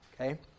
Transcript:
Okay